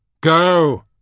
go